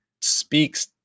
speaks